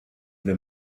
wenn